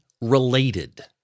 related